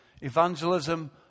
evangelism